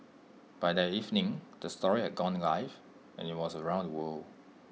by that evening the story had gone live and IT was around the world